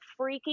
freaking